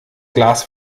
glas